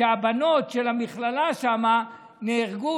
כשהבנות של המכינה שם נהרגו.